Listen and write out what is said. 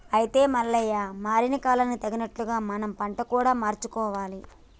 అయితే మల్లయ్య మారిన కాలానికి తగినట్లు మనం పంట కూడా మార్చుకోవాలి